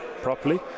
properly